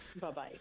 Bye-bye